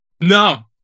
No